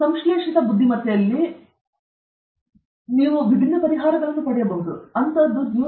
ಮತ್ತು ಸಂಶ್ಲೇಷಿತ ಬುದ್ಧಿಮತ್ತೆಯಲ್ಲಿ ನೀವು ಬೀಟ್ ದ್ರಾವಣಗಳನ್ನು ಮತ್ತು ವಿಭಿನ್ನ ಜನರಿಗೆ ವಿಭಿನ್ನ ಪರಿಹಾರಗಳನ್ನು ಪಡೆಯಬಹುದು ಅದು ಜೀವನದಲ್ಲಿ ಸಾಮಾನ್ಯವಾಗಿರುತ್ತದೆ